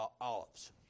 olives